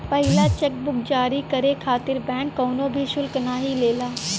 पहिला cheque book जारी करे खातिर बैंक कउनो भी शुल्क नाहीं लेला